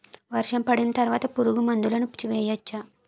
వర్షం పడిన తర్వాత పురుగు మందులను వేయచ్చా?